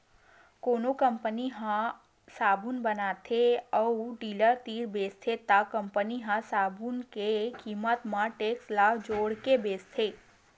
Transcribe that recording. कोनो कंपनी ह साबून बताथे अउ डीलर तीर बेचथे त कंपनी ह साबून के कीमत म टेक्स ल जोड़के बेचथे